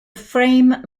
frame